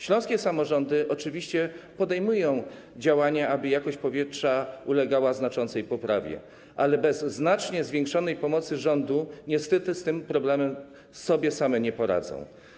Śląskie samorządy oczywiście podejmują działania, aby jakość powietrza ulegała znaczącej poprawie, ale bez znacznie zwiększonej pomocy rządu niestety z tym problemem sobie same nie poradzą.